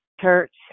church